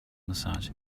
massage